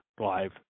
live